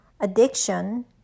addiction